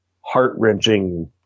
heart-wrenching